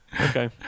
Okay